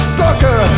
sucker